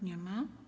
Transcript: Nie ma.